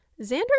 Xander